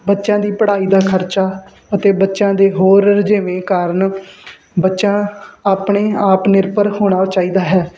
ਬੱਚਿਆਂ ਦੀ ਪੜ੍ਹਾਈ ਦਾ ਖਰਚਾ ਅਤੇ ਬੱਚਿਆਂ ਦੇ ਹੋਰ ਰੁਝੇਵੇਂ ਕਾਰਨ ਬੱਚਾ ਆਪਣੇ ਆਪ ਨਿਰਭਰ ਹੋਣਾ ਚਾਹੀਦਾ ਹੈ